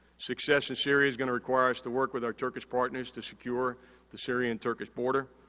success in syria is gonna require us to work with our turkish partners to secure the syrian turkish border.